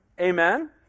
Amen